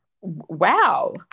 Wow